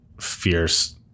fierce